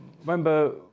Remember